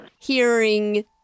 hearing